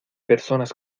personas